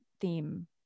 theme